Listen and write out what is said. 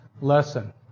lesson